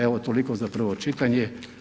Evo, toliko za prvo čitanje.